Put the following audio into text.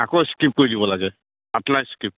আকৌ স্কিপ কৰি দিব লাগে স্কিপ